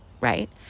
Right